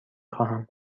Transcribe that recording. خواهم